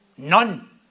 None